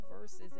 verses